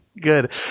Good